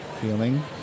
feeling